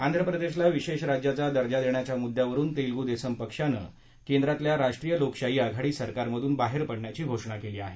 आंध्रप्रदेशला विशेष राज्याचा दर्जा देण्याच्या मुद्द्यावरुन तेलगू देशम पक्षानं केंद्रातल्या राष्ट्रीय लोकशाही आघाडी सरकारमधून बाहेर पडण्याची घोषणा केली आहे